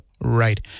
right